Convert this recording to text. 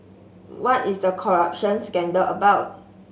what is the corruption scandal about